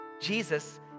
Jesus